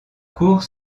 cours